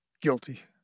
Guilty